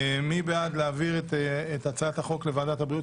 מי בעד להעביר את הצעת החוק לוועדת הבריאות,